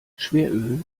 schweröl